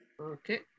okay